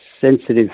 sensitive